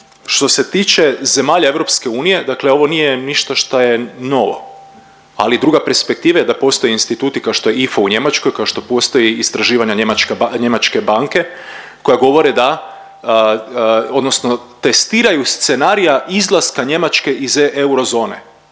Što se tiče zemalja EU, dakle ovo nije ništa šta je novo, ali druga perspektiva da postoje instituti kao što je IFO u Njemačkoj, kao što postoje istraživanja njemačke banke koja govore da odnosno testiraju scenarija izlaska Njemačke iz eurozone.